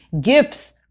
gifts